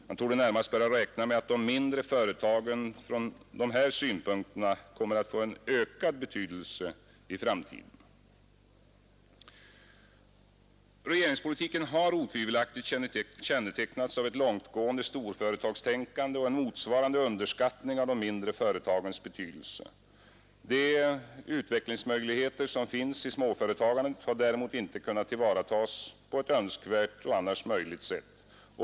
Man torde närmast böra räkna med att de mindre företagen från här nämnda synpunkter kommer att få ökad betydelse i framtiden. Regeringspolitiken har otvivelaktigt kännetecknats av ett långtgående storföretagstänkande och en motsvarande underskattning av de mindre företagens betydelse. De utvecklingsmöjligheter som finns i småföretagandet har därmed inte kunnat tillvaratas på önskvärt och annars möjligt sätt.